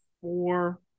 four